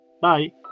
Bye